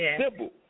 Simple